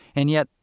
and yet,